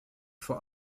vor